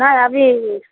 नहि अभी